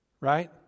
right